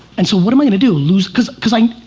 and so what am i going to do, lose? because because i,